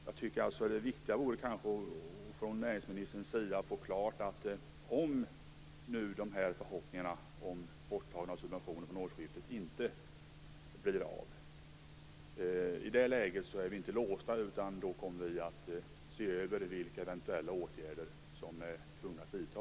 Jag tycker därför att det är viktigt att näringsministern ser till att vi, om subventionerna inte försvinner från årsskiftet, inte är låsta utan att han kommer att se över vilka eventuella åtgärder som vi då måste vidta.